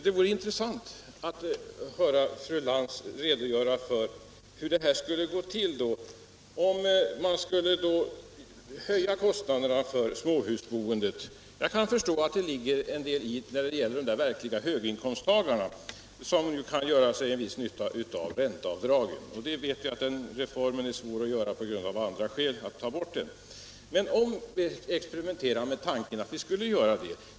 Det vore intressant att höra fru Lantz redogöra för hur det skulle gå om man skulle höja kostnaderna för småhusboendet. Jag kan förstå att det ligger en del i resonemanget när det gäller de verkliga höginkomsttagarna, som ju kan ha en viss nytta av ränteavdragen. Vi vet att det av andra skäl är svårt att göra en reform. Men låt oss experimentera med tanken att vi skulle göra det.